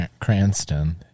Cranston